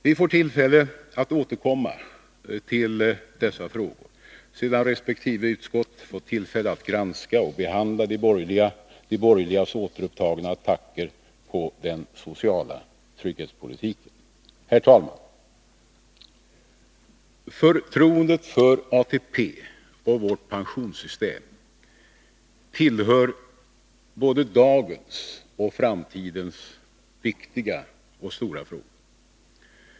Vi får tillfälle att återkomma till dessa frågor sedan resp. utskott fått tillfälle att granska och behandla de borgerligas återupptagna attacker på den sociala trygghetspolitiken. Herr talman! Förtroendet för ATP och vårt pensionssystem tillhör både dagens och framtidens viktiga och stora frågor.